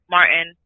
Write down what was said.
Martin